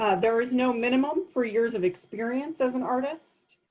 ah there is no minimum for years of experience as an artist.